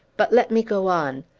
but let me go on.